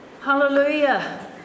hallelujah